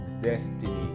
destiny